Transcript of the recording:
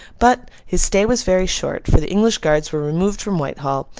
but, his stay was very short, for the english guards were removed from whitehall,